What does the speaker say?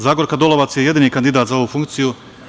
Zagorka Dolovac je jedini kandidat za ovu funkciju.